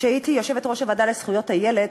כשהייתי יושבת-ראש הוועדה לזכויות הילד,